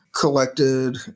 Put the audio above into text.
collected